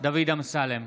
אמסלם,